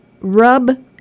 rub